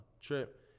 trip